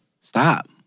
Stop